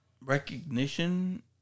recognition